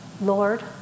Lord